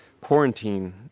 quarantine